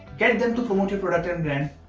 get them to promote your product and brand.